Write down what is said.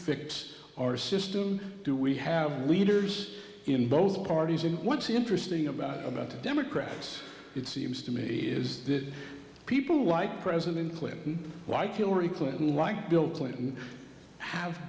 fix our system do we have leaders in both parties and what's interesting about about the democrats it seems to me is that people like president clinton like hillary clinton like bill clinton have